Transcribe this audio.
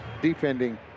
defending